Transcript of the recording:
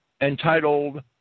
entitled